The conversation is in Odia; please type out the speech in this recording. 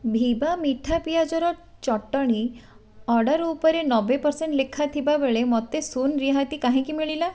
ଭିବା ମିଠା ପିଆଜର ଚଟଣି ଅର୍ଡ଼ର୍ ଉପରେ ନବେ ପରସେଣ୍ଟ ଲେଖା ଥିବାବେଳେ ମୋତେ ଶୂନ୍ ରିହାତି କାହିଁକି ମିଳିଲା